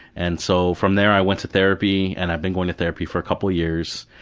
and so from there i went to therapy, and i've been going to therapy for a couple of years.